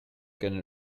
can